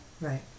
right